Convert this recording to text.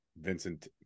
vincent